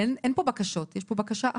אין פה בקשות, יש פה בקשה אחת,